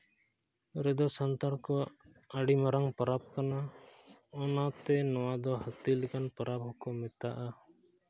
ᱨᱮᱫᱚ ᱥᱟᱱᱛᱟᱲ ᱠᱚᱣᱟᱜ ᱟᱹᱰᱤ ᱢᱟᱨᱟᱝ ᱯᱚᱨᱚᱵᱽ ᱠᱟᱱᱟ ᱚᱱᱟᱛᱮ ᱱᱚᱣᱟ ᱫᱚ ᱦᱟᱹᱛᱤ ᱞᱮᱠᱟᱱ ᱯᱚᱨᱚᱵᱽ ᱦᱚᱸᱠᱚ ᱢᱮᱛᱟᱫᱼᱟ